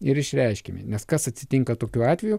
ir išreiškiami nes kas atsitinka tokiu atveju